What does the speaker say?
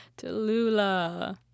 Tallulah